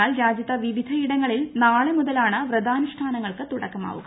എന്നാൽ രാജ്യത്ത് വിവിധയിടങ്ങളിൽ നാളെ ്ൃ മുതുലാണ് വ്രതാനുഷ്ഠാനങ്ങൾക്ക് തുടക്കമാവുക